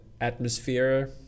atmosphere